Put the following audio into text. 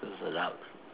so sedap